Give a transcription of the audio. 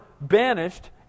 banished